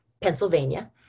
Pennsylvania